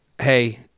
hey